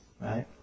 right